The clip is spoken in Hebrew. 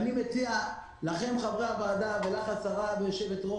אני מציע לכם, חברי הוועדה, ולך השרה והיושבת-ראש,